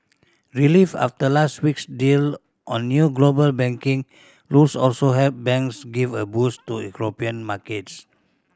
relief after last week's deal on new global banking rules also helped banks give a boost to European markets